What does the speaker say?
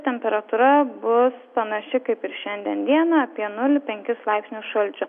temperatūra bus panaši kaip ir šiandien dieną apie nulį penkis laipsnius šalčio